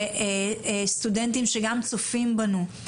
וסטודנטים שגם צופים בנו,